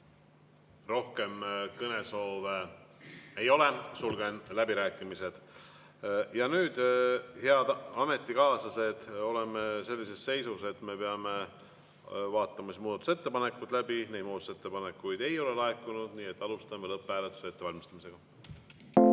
Rohkem kõnesoove ei ole. Sulgen läbirääkimised. Ja nüüd, head ametikaaslased, oleme sellises seisus, et me peame vaatama läbi muudatusettepanekud. Muudatusettepanekuid ei ole aga laekunud, nii et alustame lõpphääletuse ettevalmistamist. Head